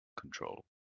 control